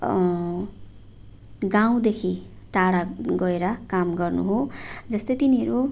गाउँदेखि टाढा गएर काम गर्नु हो जस्तै तिनीहरू